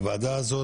הוועדה הזו